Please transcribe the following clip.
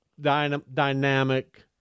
dynamic